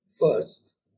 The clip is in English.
first